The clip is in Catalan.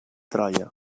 troia